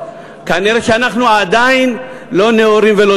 כנראה אנחנו עדיין לא נאורים ולא